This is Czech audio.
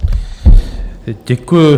Děkuju.